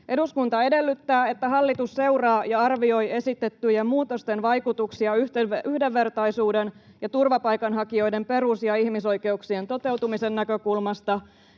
”Eduskunta edellyttää, että hallitus seuraa ja arvioi esitettyjen muutosten vaikutuksia yhdenvertaisuuden ja turvapaikanhakijoiden perus- ja ihmisoikeuksien toteutumisen näkökulmasta.”